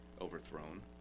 overthrown